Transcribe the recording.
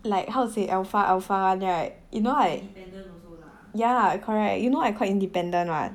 like how to say alpha alpha [one] right you know right yeah correct you know I quite independent [what]